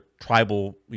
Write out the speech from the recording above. tribal